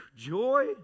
Joy